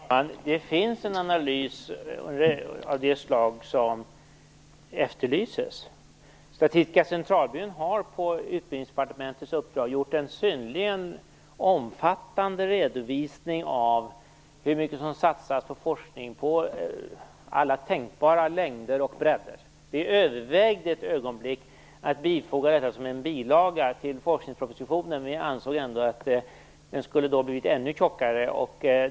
Fru talman! Det finns en analys av det slag som efterlyses. Statistiska centralbyrån har på Utbildningsdepartementets uppdrag gjort en synnerligen omfattande redovisning av hur mycket som satsas på forskning på alla tänkbara längder och bredder. Vi övervägde ett ögonblick att bifoga denna som en bilaga till forskningspropositionen, men vi ansåg att den då skulle ha blivit ännu tjockare.